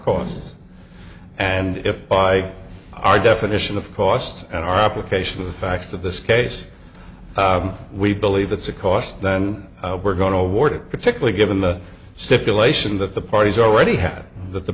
costs and if by our definition of cost and our application of the facts of this case we believe it's a cost then we're going to award it particularly given the stipulation that the parties already had th